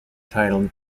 title